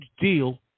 deal